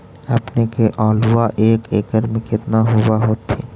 अपने के आलुआ एक एकड़ मे कितना होब होत्थिन?